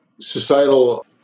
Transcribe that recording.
societal